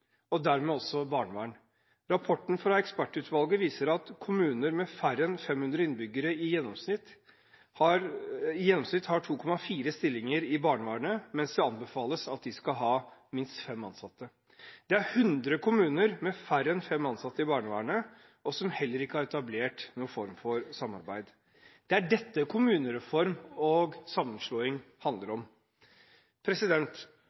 og dermed også barnevern. Rapporten fra ekspertutvalget viser at kommuner med færre enn 500 innbyggere i gjennomsnitt har 2,4 stillinger i barnevernet, mens det anbefales at de skal ha minst fem. Det er 100 kommuner med færre enn fem ansatte i barnevernet og som heller ikke har etablert noen form for samarbeid. Det er dette kommunereform og sammenslåing handler